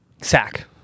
Sack